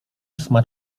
ósma